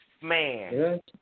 Man